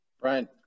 Brian